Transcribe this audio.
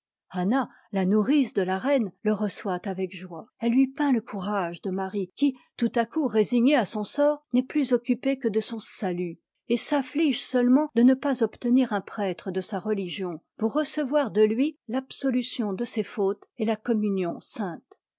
la nourrice dé la reine le reçoit avec joie elle lui peint le courage de marie qui tout à coup résignée à son sort n'est plus occupée que de son salut et s'afflige seulement de ne pas obtenir un prêtre de sa reli gion pour recevoir de lui l'absolution de ses fautes et la communion